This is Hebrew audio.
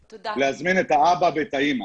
להזמין את האבא ואת האמא.